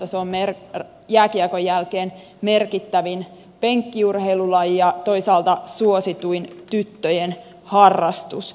se on jääkiekon jälkeen merkittävin penkkiurheilulaji ja toisaalta suosituin tyttöjen harrastus